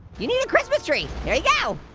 you need a christmas tree, there you go.